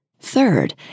Third